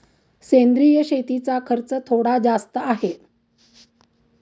सेंद्रिय शेतीचा खर्च थोडा जास्त आहे